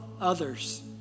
others